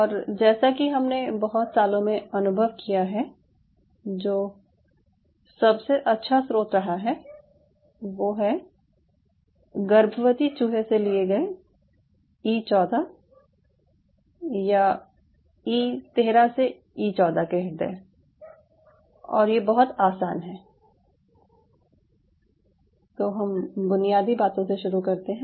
और जैसा कि हमने बहुत सालों में अनुभव किया है जो सबसे अच्छा स्रोत रहा है वो है गर्भवती चूहे से लिए गए ई 14 या ई 13 से ई 14 के हृदय और ये बहुत आसान है तो हम बुनियादी बातों से शुरू करते हैं